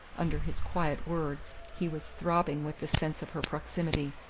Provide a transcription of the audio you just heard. under his quiet words, he was throbbing with the sense of her proximity.